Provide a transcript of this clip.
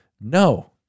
no